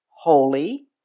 holy